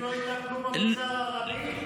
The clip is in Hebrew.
אם הם לא יטפלו במגזר הערבי,